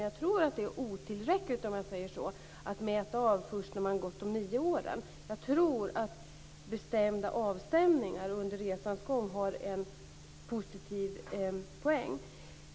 Jag tror att det är otillräckligt att mäta först när man har gått de nio åren. Jag tror att bestämda avstämningar under resans gång har en positiv poäng.